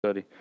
Study